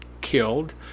killed